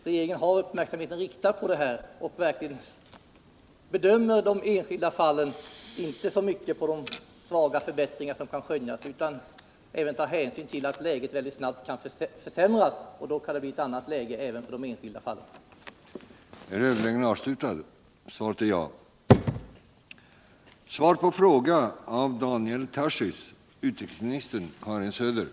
Regeringen har alltså uppmärksamheten riktad på den här frågan och bedömer de enskilda fallen inte så mycket med hänsyn till de svaga Nr 142 förbättringar som kan skönjas utan räknar med att läget mycket snart kan Tisdagen den försämras och att situationen för de enskilda människorna då också kan 16 maj 1978 ändras.